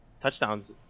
touchdowns